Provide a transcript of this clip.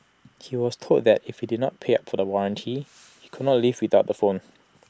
he was told that if he did not pay up for the warranty he could not leave without the phone